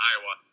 Iowa